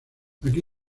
aquí